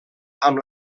amb